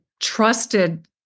trusted